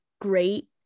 great